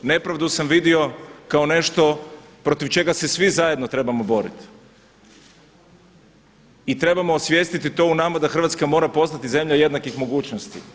Nepravdu sam vidio kao nešto protiv čega se svi zajedno trebamo boriti i trebamo to osvijestiti u nama da Hrvatska mora postati zemlja jednakih mogućnosti.